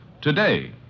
Today